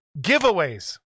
giveaways